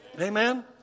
Amen